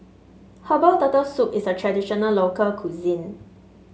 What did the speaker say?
Herbal Turtle Soup is a traditional local cuisine